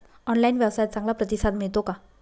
Online व्यवसायात चांगला प्रतिसाद मिळतो का?